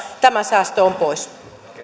tämä säästö on pois